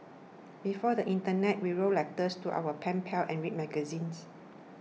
before the internet we wrote letters to our pen pals and read magazines